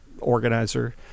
organizer